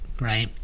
right